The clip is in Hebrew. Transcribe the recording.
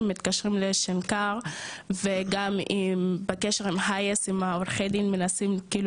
מתקשרים לשנקר וגם בקשר עם 'הייס' עם עורכי הדין מנסים כאילו